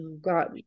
got